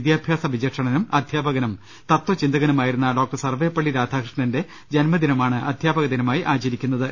വിദ്യാഭ്യാസ വിചക്ഷണനും അധ്യാപകനും തത്വചിന്തകനുമായിരുന്ന ഡോക്ടർ സർവ്വെപള്ളി രാധാകൃഷ്ണന്റെ ജന്മദിനമാണ് അധ്യാപകദിനമായി ആചരിക്കുന്ന ത്